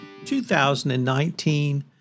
2019